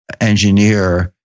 engineer